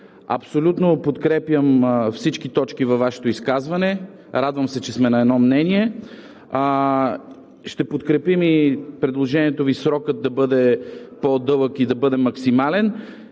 абсолютно подкрепям всички точки във Вашето изказване. Радвам се, че сме на едно мнение. Ще подкрепим и предложението Ви срокът да бъде по-дълъг и максимален